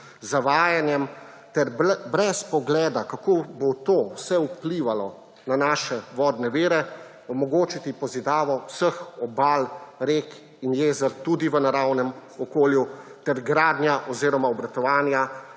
zavajanjem ter brez pogleda, kako bo to vse vplivalo na naše vodne vire, omogočiti pozidavo vseh obal, rek in jezer tudi v naravnem okolju ter gradnja oziroma obratovanje